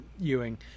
Ewing